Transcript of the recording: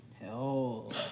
Hell